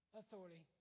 authority